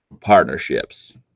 partnerships